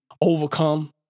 overcome